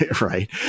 right